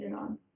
on